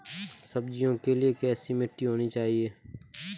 सब्जियों के लिए कैसी मिट्टी होनी चाहिए?